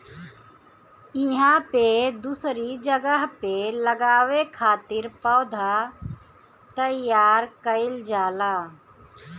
इहां पे दूसरी जगह पे लगावे खातिर पौधा तईयार कईल जाला